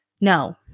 No